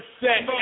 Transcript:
set